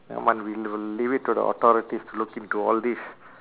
never mind we will leave it to the authorities to look into all this